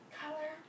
color